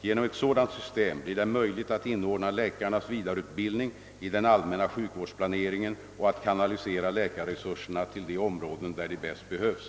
Genom ett sådant system blir det möjligt att inordna läkarnas vidareutbildning i den allmänna sjukvårdsplaneringen och att kanalisera läkarresurserna till de områden där de bäst behövs.